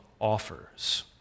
offers